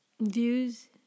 views